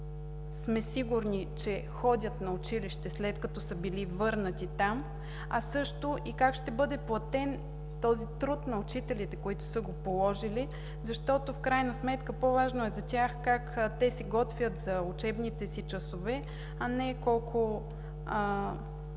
сме сигурни, че ходят на училище, след като са били върнати там, а също и как ще бъде платен този труд на учителите, които са го положили, защото, в крайна сметка по-важно е за тях как те се готвят за учебните си часове, а не колко